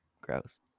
Gross